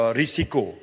risiko